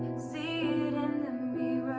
z the